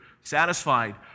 satisfied